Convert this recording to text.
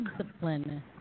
discipline